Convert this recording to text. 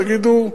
תגידו: